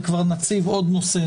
וכבר נציב עוד נושא,